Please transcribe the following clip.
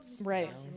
Right